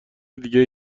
دیگه